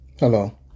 Hello